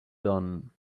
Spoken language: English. done